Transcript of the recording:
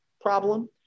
problem